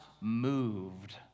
moved